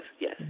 yes